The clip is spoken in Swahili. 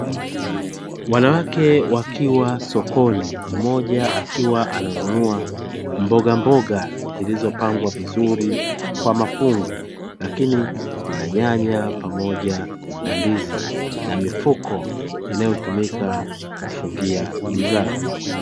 Wanawake wakiwa sokoni mmoja akiwa ananunua mbogamboga zilizopangwa vizuri kwa mafungu, lakini kuna nyanya pamoja na ndizi, na mifuko inayotumika kufungia bidhaa.